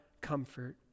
comfort